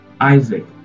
Isaac